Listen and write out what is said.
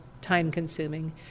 time-consuming